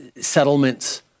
settlements